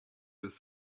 this